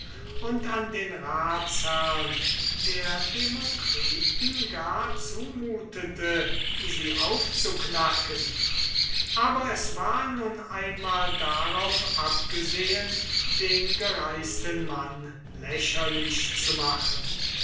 und an den ratsherrn der dem demokritus gar zumutete sie aufzuknacken aber es war nun einmal darauf abgesehen den demokritus lächerlich zu machen